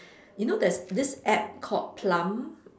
you know there's this App called Plum